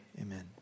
Amen